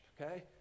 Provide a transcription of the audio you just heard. okay